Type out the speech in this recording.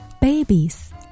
Babies